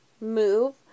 move